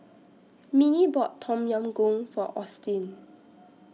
Minnie bought Tom Yam Goong For Austin